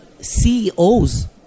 CEOs